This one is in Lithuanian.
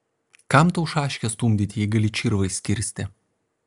kam tau šaškes stumdyti jei gali čirvais kirsti